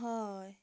हय